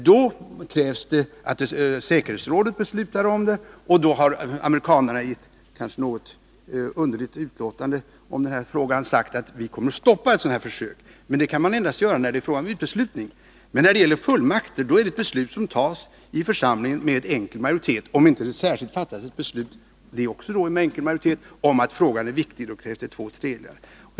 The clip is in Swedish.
Då krävs det att säkerhetsrådet beslutar om det. Amerikanerna har kanske i ett något underligt utlåtande om denna fråga sagt att man kommer att stoppa sådana här försök. Men det kan man endast göra när det är fråga om uteslutning. Ett godkännande av fullmakter är ett beslut som tas i församlingen med enkel majoritet, om det inte fattas ett särskilt beslut — och då också med enkel majoritet — om att frågan är viktig, vilket innebär att det krävs två tredjedelars majoritet.